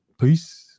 Peace